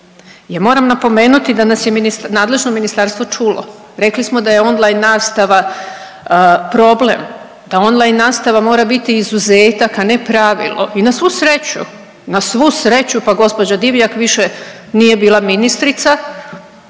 moram napomenuti da nas je nadležno ministarstvo čulo, rekli smo da je on line nastava problem, da on line nastava mora biti izuzetak, a ne pravilo i na svu sreću, na svu sreću pa gospođa Divjak više nije bila ministrica,